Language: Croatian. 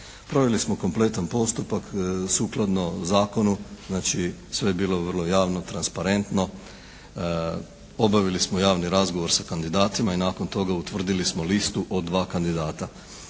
Proveli smo kompletan postupak sukladno zakonu, znači sve je bilo vrlo javno, transparentno, obavili smo javni razgovor sa kandidatima i nakon toga utvrdili smo listu od dva kandidata.